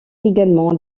également